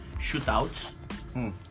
shootouts